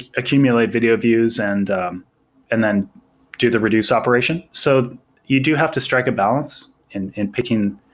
accumulate video views and and then do the reduce operation. so you do have to strike a balance and and picking,